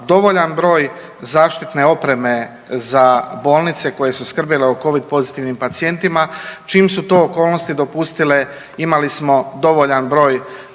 dovoljan broj zaštitne opreme za bolnice koje su skrbile o covid pozitivnim pacijentima. Čim su to okolnosti dopustile imali smo dovoljan broj